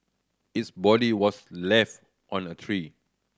its body was left on a tree